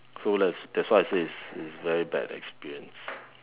so let's that's why I say it's it's very bad experience